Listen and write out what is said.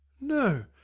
No